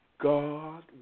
God